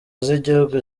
z’igihugu